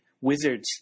Wizards